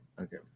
Okay